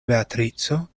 beatrico